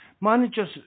Managers